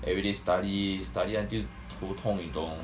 everyday study study until 头疼你懂吗